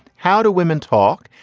how do women talk?